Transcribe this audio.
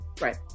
right